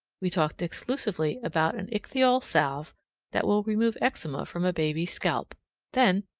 we talked exclusively about an ichthyol salve that will remove eczema from a baby's scalp then,